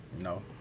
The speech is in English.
No